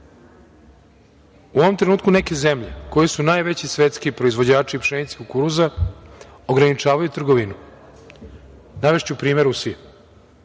u ovom trenutku neke zemlje koje su najveći svetski proizvođači pšenice, kukuruza, ograničavaju trgovinu. Navešću primer Rusije.